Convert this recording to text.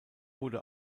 wurde